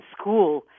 school